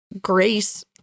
grace